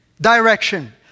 Direction